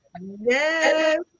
Yes